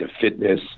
fitness